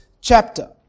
chapter